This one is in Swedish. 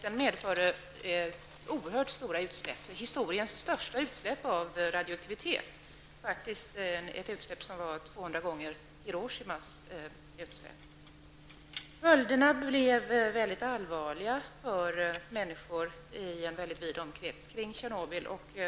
Den medförde oerhört stora utsläpp av radioaktivitet, historiens största. De var faktiskt 200 gånger så stora som utsläppen från Hiroshimabomben. Följderna blev mycket allvarliga för människor i en vid omkrets kring Tjernobyl.